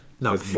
No